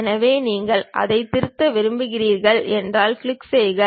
எனவே நீங்கள் அதைத் திருத்த விரும்புகிறீர்கள் அதைக் கிளிக் செய்க